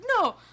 No